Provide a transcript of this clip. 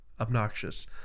obnoxious